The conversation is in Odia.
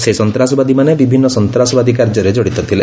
ସେହି ସନ୍ତାସବାଦୀମାନେ ବିଭିନ୍ନ ସନ୍ତାସବାଦୀ କାର୍ଯ୍ୟରେ ଜଡ଼ିତ ଥିଲେ